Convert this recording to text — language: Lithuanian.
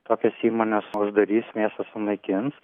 tokias įmones uždarys mėsą sunaikins